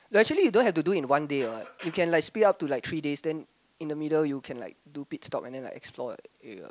actually you don't have to do in one day what you can like split up to like three days then in the middle you can like do pit stop and then like explore the area